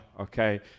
okay